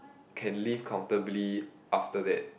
can live comfortably after that